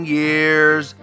years